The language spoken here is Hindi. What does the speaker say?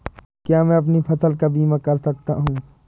क्या मैं अपनी फसल का बीमा कर सकता हूँ?